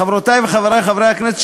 חברותי וחברי חברי הכנסת,